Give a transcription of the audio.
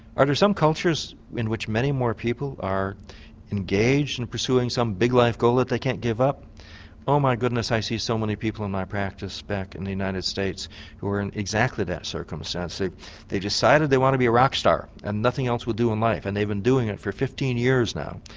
under some cultures in which many more people are engaged in pursuing some big life goal that they can't give up oh my goodness, i see so many people in my practice back in the united states who are in exactly that circumstance. they've they've decided they wanted to be a rock star and nothing else will do in life and they've been doing it for fifteen years now.